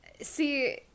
See